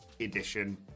edition